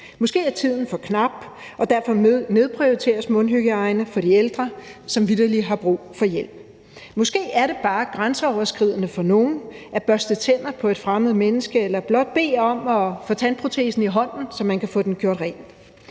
Måske er tiden for knap, og derfor nedprioriteres mundhygiejne for de ældre, som vitterlig har brug for hjælp. Måske er det bare grænseoverskridende for nogen at børste tænder på et fremmed menneske eller blot bede om at få tandprotesen i hånden, så man kan få den gjort ren.